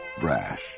brash